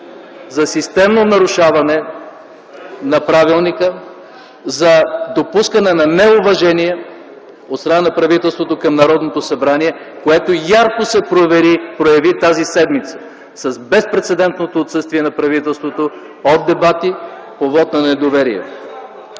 За системно нарушаване на правилника, за допускане на неуважение от страна на правителството към Народното събрание, което ярко се прояви тази седмица с безпрецедентното отсъствие на правителството от дебати по вот на недоверие.